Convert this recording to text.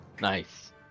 Nice